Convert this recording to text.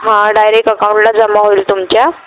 हां डायरेक्ट अकाऊंटलाच जमा होईल तुमच्या